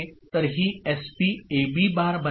तर ही SB A B bar बनते